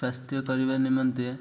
ସ୍ୱାସ୍ଥ୍ୟ କରିବା ନିମନ୍ତେ